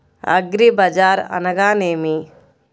అగ్రిబజార్ అనగా నేమి?